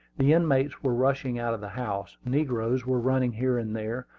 the inmates were rushing out of the house, negroes were running here and there,